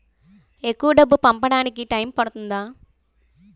ఎక్కువ డబ్బు పంపడానికి టైం పడుతుందా?